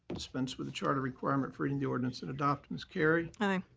dispense with the charter requirement for reading the ordinance and adopt. ms. carry. aye.